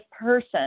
person